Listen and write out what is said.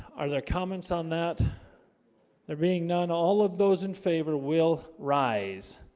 are there comments on that there being none all of those in favor will rise?